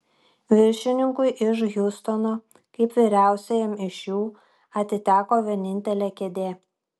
viršininkui iš hjustono kaip vyriausiajam iš jų atiteko vienintelė kėdė